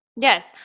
Yes